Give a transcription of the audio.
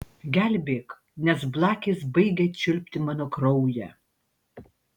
gelbėk nes blakės baigia čiulpti mano kraują